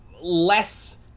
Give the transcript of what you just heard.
less